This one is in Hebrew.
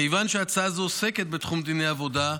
מכיוון שההצעה הזו עוסקת בתחום דיני עבודה,